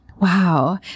Wow